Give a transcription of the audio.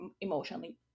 emotionally